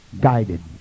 guided